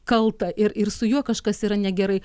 kaltą ir ir su juo kažkas yra negerai